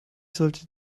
sollte